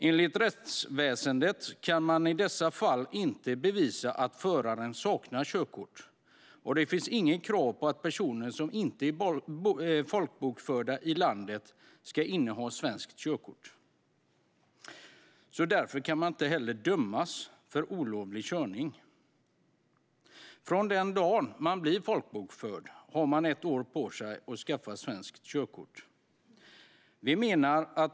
Enligt rättsväsendet kan man i dessa fall inte bevisa att föraren saknar körkort, och det finns inget krav på att personer som inte är folkbokförda i landet ska inneha svenskt körkort. Därför kan de inte heller dömas för olovlig körning. Från den dagen man blir folkbokförd har man ett år på sig att skaffa ett svenskt körkort.